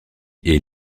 est